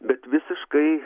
bet visiškai